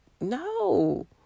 no